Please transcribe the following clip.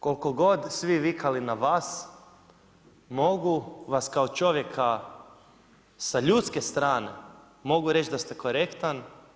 Koliko god svi vikali na vas mogu vas kao čovjeka sa ljudske strane mogu reći da ste korektan.